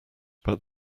but